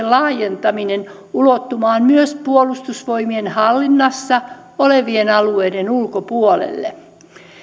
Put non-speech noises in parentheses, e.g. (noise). (unintelligible) laajentaminen ulottumaan myös puolustusvoimien hallinnassa olevien alueiden ulkopuolelle